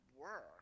work